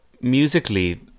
musically